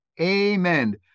Amen